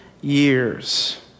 years